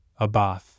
Abath